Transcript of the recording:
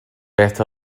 best